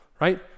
Right